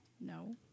No